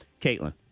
Caitlin